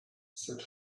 said